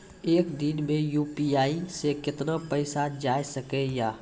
एक दिन मे यु.पी.आई से कितना पैसा जाय सके या?